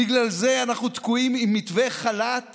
בגלל זה אנחנו תקועים עם מתווה חל"ת